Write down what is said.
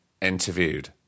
interviewed